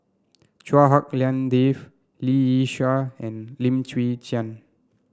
Chua Hak Lien Dave Lee Yi Shyan and Lim Chwee Chian